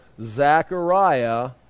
Zechariah